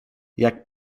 jak